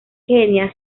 kenia